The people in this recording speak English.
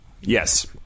yes